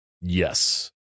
Yes